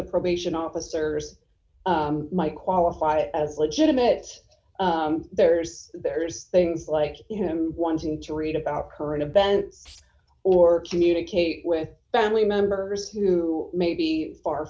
the probation officers might qualify as legitimate there's there's things like him wanting to read about current events or communicate with family members who maybe ar